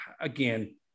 again